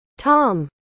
Tom